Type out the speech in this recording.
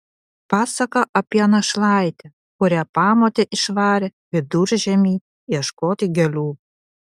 pasaka apie našlaitę kurią pamotė išvarė viduržiemį ieškoti gėlių